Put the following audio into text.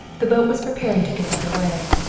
the boat was preparing to get under way.